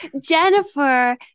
Jennifer